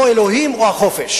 או אלוהים או החופש.